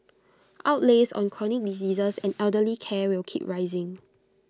outlays on chronic diseases and elderly care will keep rising